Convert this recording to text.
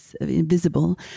invisible